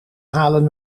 halen